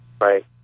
Right